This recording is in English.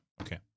okay